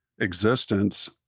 existence